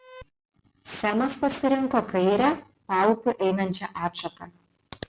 semas pasirinko kairę paupiu einančią atšaką